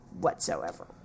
whatsoever